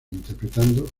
interpretando